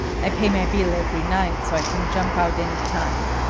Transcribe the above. i pay my bill every night, so i can jump out anytime.